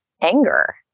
anger